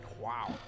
Wow